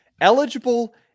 eligible